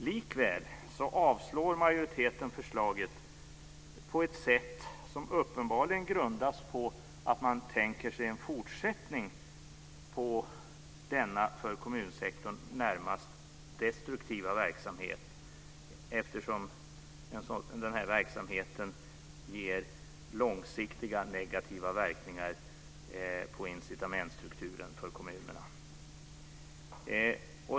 Likväl avslår majoriteten förslaget på ett sätt som uppenbarligen grundas på att man tänker sig en fortsättning på denna för kommunsektorn närmast destruktiva verksamhet, eftersom den här verksamheten ger långsiktiga negativa verkningar på incitamentsstrukturen för kommunerna.